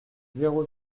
zéro